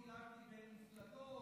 לא דילגתי בין מפלגות,